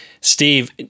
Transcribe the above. steve